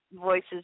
voices